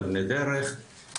אבני דרך,